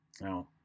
Now